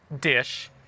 dish